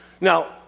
Now